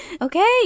Okay